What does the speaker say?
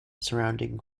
surrounding